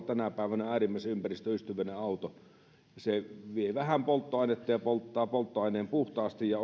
tänä päivänä äärimmäisen ympäristöystävällisiä autoja vievät vähän polttoainetta polttavat polttoaineen puhtaasti ja